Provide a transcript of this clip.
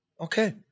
Okay